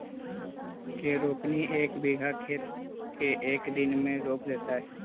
के रोपनी एक बिघा खेत के एक दिन में रोप देतै?